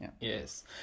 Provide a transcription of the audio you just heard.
Yes